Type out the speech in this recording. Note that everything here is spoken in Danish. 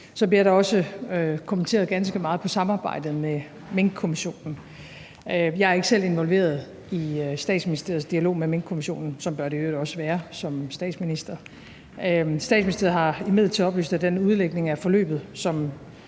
Så bliver der også kommenteret ganske meget på samarbejdet med Minkkommissionen. Jeg er som statsminister ikke selv involveret i Statsministeriets dialog med Minkkommissionen – sådan bør det i øvrigt også være – men Statsministeriet har imidlertid oplyst, at den udlægning af forløbet, som